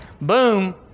Boom